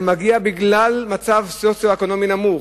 זה בגלל מצב סוציו-אקונומי נמוך.